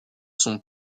sont